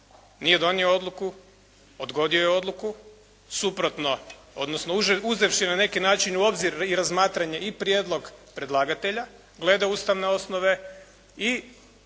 nije donio odluku, odgodio je odluku suprotno odnosno uzevši na neki način u obzir razmatranje i prijedlog predlagatelja glede ustavne osnove i